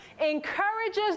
encourages